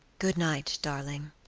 good night, darling,